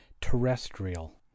terrestrial